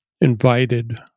invited